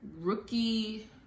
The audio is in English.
rookie